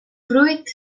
fruit